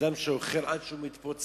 אדם שאוכל עד שהוא מתפוצץ,